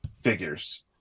figures